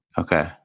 Okay